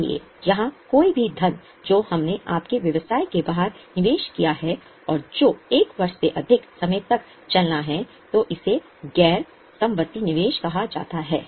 इसलिए यहां कोई भी धन जो हमने आपके व्यवसाय के बाहर निवेश किया है और जो 1 वर्ष से अधिक समय तक चलना है तो इसे गैर गैर समवर्ती निवेश कहा जाता है